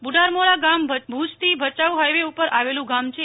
બુઢારમોરા ગામ ભુજથી ભચાઉ હાઈવે ઉપર આવેલું ગામ છે